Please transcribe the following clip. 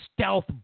stealth